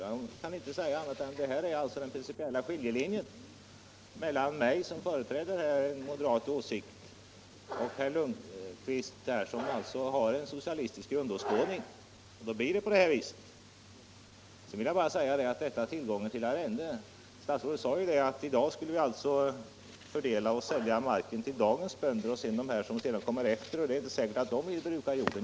Jag kan inte säga annat än att detta alltså är den principiella skiljelinjen mellan mig, som företräder en moderat åsikt, och herr Lundkvist som har en socialistisk grundåskådning. Då blir det på det här viset. Beträffande ttillgången till arrenden sade statsrådet att vi nu skulle fördela och sälja marken till dagens bönder, eftersom det inte är säkert att de som kommer efter vill bruka jorden.